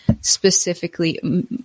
specifically